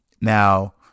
Now